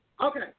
Okay